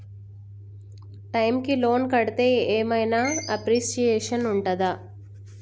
Time కి loan కడ్తే ఏం ఐనా అప్రిషియేషన్ ఉంటదా?